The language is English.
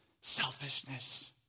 Selfishness